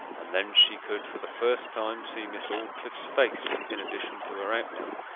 and then she could for the first time see miss aldclyffe's face in addition to her outline,